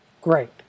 great